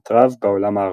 לאי-שקט רב בעולם הערבי.